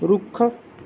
ਰੁੱਖ